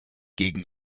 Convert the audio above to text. gegen